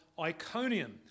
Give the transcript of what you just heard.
Iconium